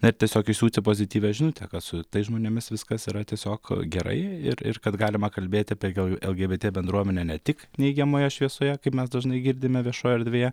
na ir tiesiog įsiūti pozityvią žinutę kad su tais žmonėmis viskas yra tiesiog gerai ir ir kad galima kalbėti lgbt bendruomenę ne tik neigiamoje šviesoje kaip mes dažnai girdime viešoje erdvėje